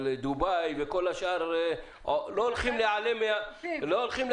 אבל דובאי וכל השאר לא הולכים להיעלם מהמפה.